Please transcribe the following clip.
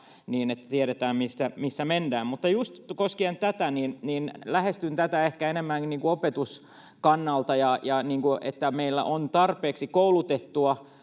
niin tiedetään, missä mennään. Mutta lähestyn tätä ehkä enemmän opetuskannalta: että meillä olisi tarpeeksi koulutettua